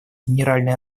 генеральной